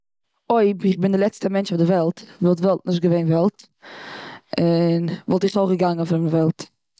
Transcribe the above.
אויב איך בין די לעצטע מענטש אויף די וועלט וואלט וועלט נישט געווען וועלט. וואלט איך אויך געגאנגען פון די וועלט.